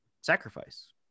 sacrifice